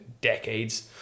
decades